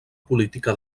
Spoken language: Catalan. política